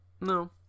No